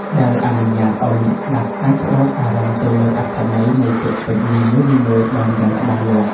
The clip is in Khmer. ដែលអនុញ្ញាតឱ្យអ្នកស្ដាប់អាចផ្ដោតអារម្មណ៍ទៅលើអត្ថន័យនៃពាក្យពេចន៍នីមួយៗបានយ៉ាងច្បាស់លាស់។